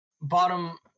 bottom